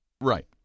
right